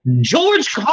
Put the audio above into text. George